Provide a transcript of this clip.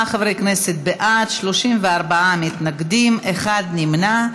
57 חברי כנסת בעד, 34 מתנגדים, אחד נמנע.